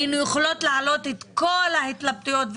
היינו יכולות להעלות את כל ההתלבטויות,